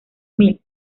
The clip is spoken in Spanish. mil